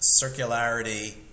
circularity